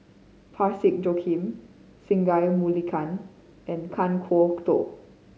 Parsick Joaquim Singai Mukilan and Kan Kwok Toh